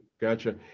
gotcha